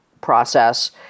process